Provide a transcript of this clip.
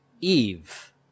Eve